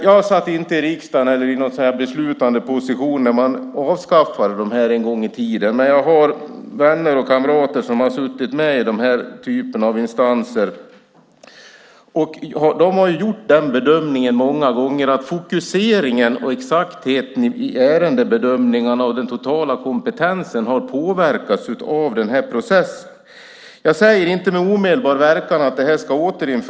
Jag satt inte i riksdagen eller var i en beslutande position när försäkringsdomstolarna en gång i tiden avskaffades. Men jag har vänner och kamrater som suttit med i den typen av instanser. Många gånger har de gjort bedömningen att fokuseringen och exaktheten i ärendebedömningarna och den totala kompetensen har påverkats av processen. Jag säger inte att det här ska återinföras med omedelbar verkan.